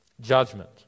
judgment